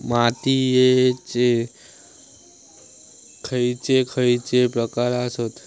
मातीयेचे खैचे खैचे प्रकार आसत?